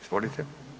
Izvolite.